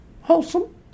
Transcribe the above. Wholesome